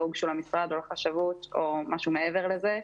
הוגשו למשרד או לחשבות או משהו מעבר לזה.